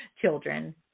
children